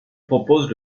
propose